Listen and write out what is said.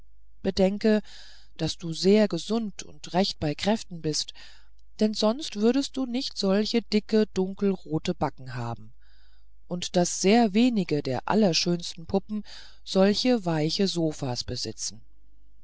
bedenke daß du sehr gesund und recht bei kräften bist denn sonst würdest du nicht solche dicke dunkelrote backen haben und daß sehr wenige der allerschönsten puppen solche weiche sofas besitzen